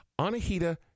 Anahita